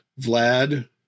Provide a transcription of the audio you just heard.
Vlad